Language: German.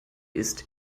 ist